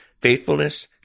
faithfulness